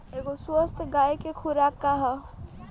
एगो स्वस्थ गाय क खुराक का ह?